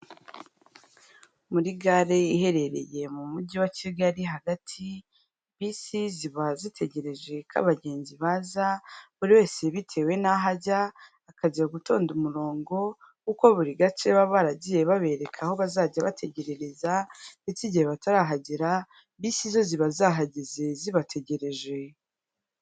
Muri gare ye iherereye mu Mujyi wa Kigali hagati, bisi ziba zitegereje ko abagenzi baza, buri wese bitewe n'aho ajya, akajya gutonda umurongo, kuko buri gace baba baragiye babereka aho bazajya bategerereza, ndetse igihe batarahagera bisi zo ziba zahageze zibategereje.